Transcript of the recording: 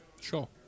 Sure